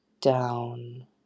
down